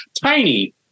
tiny